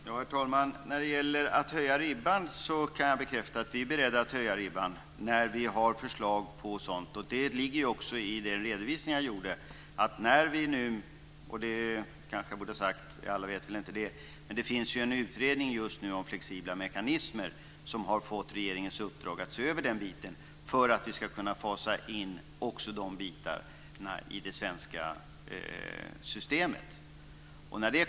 Herr talman! När det gäller att höja ribban kan jag bekräfta att vi är beredda att göra det när vi har förslag på sådant. I den redovisning jag gav ligger också att det nu finns en utredning om flexibla mekanismer som har fått regeringens uppdrag att se över den frågan för att vi ska kunna fasa in också de bitarna i det svenska systemet. Det borde jag kanske ha sagt, för alla känner väl inte till det.